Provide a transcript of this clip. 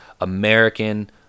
American